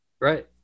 Right